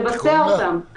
לבצע אותם.